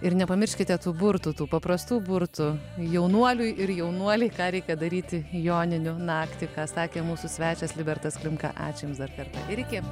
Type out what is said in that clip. ir nepamirškite tų burtų tų paprastų burtų jaunuoliui ir jaunuolei ką reikia daryti joninių naktį ką sakė mūsų svečias libertas klimka ačiū jums dar kartą ir iki